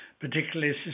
particularly